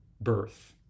birth